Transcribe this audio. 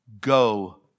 go